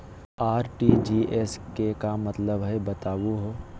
RTGS के का मतलब हई, बताहु हो?